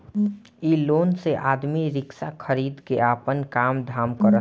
इ लोन से आदमी रिक्शा खरीद के आपन काम धाम करत हवे